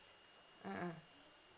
mm mm